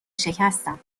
شکستم